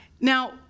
now